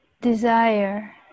desire